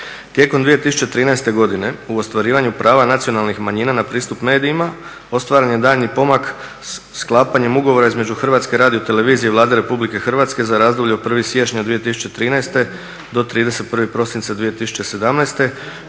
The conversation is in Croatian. Tijekom 2013. godine u ostvarivanju prava nacionalnih manjina na pristup medijima, ostvaren je daljnji pomak sklapanjem ugovora između HRT-a i Vlade RH za razdoblje od 01. siječnja 2013. do 21. prosinca 2017.